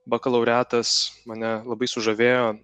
bakalaureatas mane labai sužavėjo